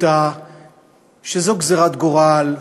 שזו גזירת גורל,